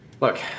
Look